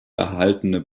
erhaltene